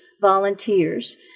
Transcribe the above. volunteers